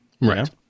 Right